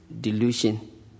delusion